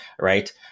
right